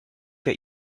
will